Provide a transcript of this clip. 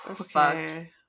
Okay